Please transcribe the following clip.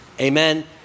Amen